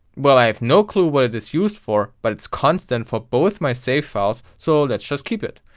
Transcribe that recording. well i have no clue what it is used for, but it's constant for both my savefiles, so let's just keep it.